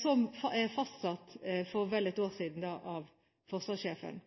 som er fastsatt for vel ett år siden av forsvarssjefen.